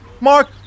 Mark